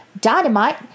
Dynamite